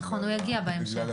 נכון, הוא יגיע בהמשך.